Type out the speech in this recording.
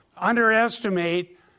underestimate